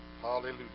Hallelujah